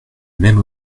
même